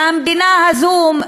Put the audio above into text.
שהמדינה הזאת,